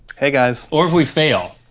hey guys. or if we fail,